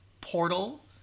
portal